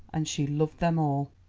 and she loved them all.